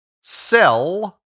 sell